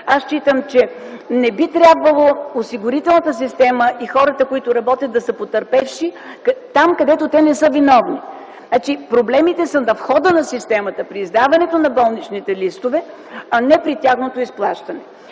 аз считам, че не би трябвало осигурителната система и хората, които работят, да са потърпевши там, където не са виновни. Проблемите са на входа на системата – при издаването на болничните листове, а не при тяхното изплащане.